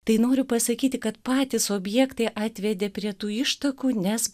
tai noriu pasakyti kad patys objektai atvedė prie tų ištakų nes